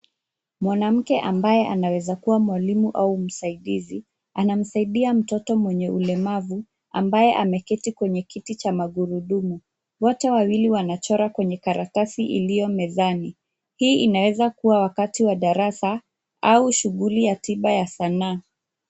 Mwanamke ambaye anaweza kuwa mwalimu au msaidizi anamsaidia mtoto mwenye ulemavu ambaye ameketi kwenye kiti cha magurudumu. Wote wawili wanachora kwenye karatasi iliyo mezani. Hii inaweza kuwa wakati wa darasa au shughuli ya tiba ya sanaa.